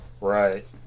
right